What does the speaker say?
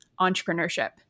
entrepreneurship